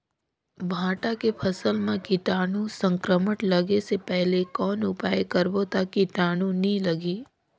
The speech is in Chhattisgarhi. भांटा के फसल मां कीटाणु संक्रमण लगे से पहले कौन उपाय करबो ता कीटाणु नी लगही?